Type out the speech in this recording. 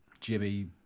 Jimmy